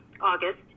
august